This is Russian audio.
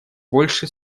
больше